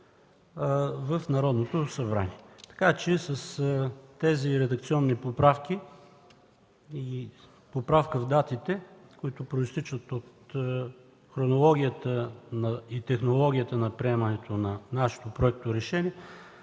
в Народното събрание. С тези редакционни поправки и поправка в датите, които произтичат от хронологията и технологията на приемането на нашето проекторешение,